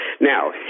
Now